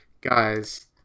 guys